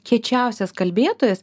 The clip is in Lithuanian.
kiečiausias kalbėtojas